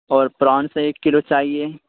اور پرونس ایک کلو چاہیے